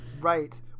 right